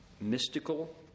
mystical